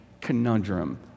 conundrum